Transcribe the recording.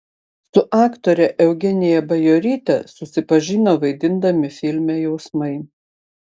su aktore eugenija bajoryte susipažino vaidindami filme jausmai